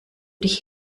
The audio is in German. dich